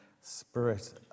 spirit